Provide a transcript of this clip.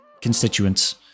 constituents